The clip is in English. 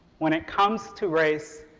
when it comes to race,